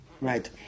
right